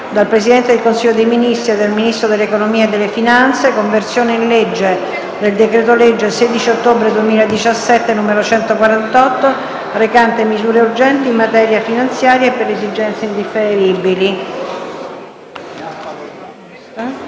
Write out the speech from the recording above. dal Presidente del Consiglio dei ministri e dal Ministro dell’econo- mia e delle finanze: «Conversione in legge del decreto-legge 16 ottobre 2017, n. 148, recante misure urgenti in materia finanziaria e per esigenze indifferibili» (2942).